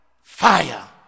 fire